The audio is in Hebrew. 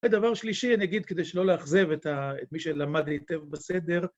ודבר שלישי, אני אגיד כדי שלא לאכזב את ה... את מי שלמד היטב בסדר